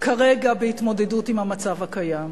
כרגע בהתמודדות עם המצב הקיים?